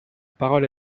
parole